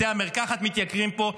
בתי המרקחת מתייקרים פה.